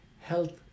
health